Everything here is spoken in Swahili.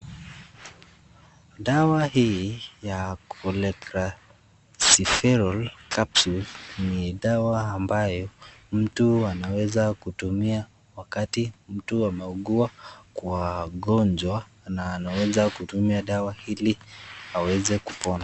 Dawa hii ya [coraspherol capsules], ni dawa ambayo , mtu anaweza kutumia wakati mtu ameugua kwa ugonjwa, na anaweza kutumia dawa ili aweze kupona.